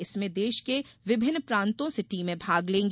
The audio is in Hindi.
इसमें देश के विभिन्न प्रांतों से टीमे भाग लेंगी